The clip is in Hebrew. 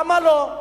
למה לא?